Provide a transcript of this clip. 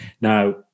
Now